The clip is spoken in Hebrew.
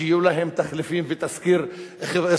שיהיו להם תחליפים ותסקיר סוציאלי,